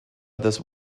others